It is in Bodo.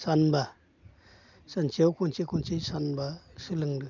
सानबा सानसेयाव खनसे खनसे सानबा सोलोंदो